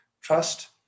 trust